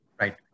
Right